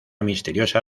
misteriosa